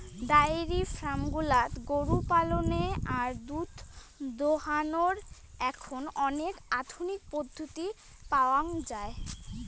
diary farm গুলাত গরু পালনের আর দুধ দোহানোর এখন অনেক আধুনিক পদ্ধতি পাওয়াঙ যাই